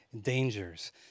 dangers